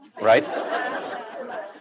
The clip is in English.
right